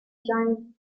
giant